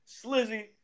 slizzy